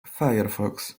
firefox